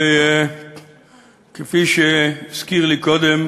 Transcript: כפי שהזכיר לי קודם